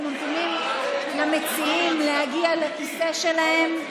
אנחנו ממתינים למציעים שיגיעו לכיסא שלהם.